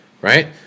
right